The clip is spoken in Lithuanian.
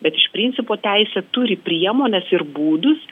bet iš principo teisė turi priemones ir būdus